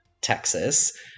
texas